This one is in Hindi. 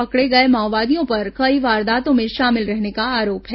पकड़े गए माओवादियों पर कई वारदातों में शामिल रहने का आरोप है